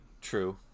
true